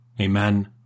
Amen